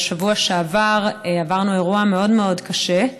בשבוע שעבר עברנו אירוע מאוד מאוד קשה.